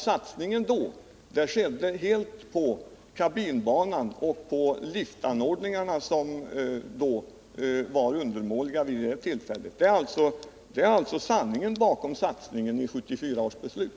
Satsningen då gällde kabinbanan och liftanordningarna som var undermåliga. Det är sanningen bakom den satsning som gjordes i 1974 års beslut.